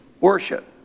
worship